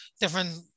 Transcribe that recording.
different